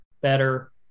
better